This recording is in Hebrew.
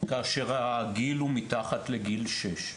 כאשר הגיל הוא מתחת לשש.